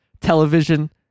television